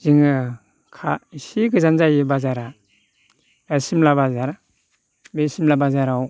जोङो एसे गोजान जायो बाजारा एबा सिमला बाजार बे सिमला बाजाराव